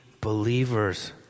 believers